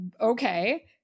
okay